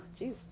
jeez